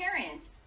parent